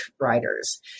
writers